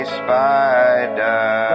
spider